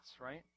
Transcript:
right